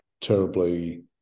terribly